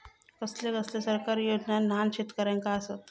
कसले कसले सरकारी योजना न्हान शेतकऱ्यांना आसत?